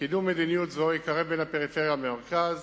קידום מדיניות זו יקרב בין הפריפריה למרכז,